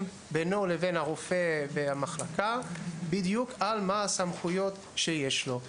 בינו לבין הרופא והמחלקה על הסמכויות שיש לו,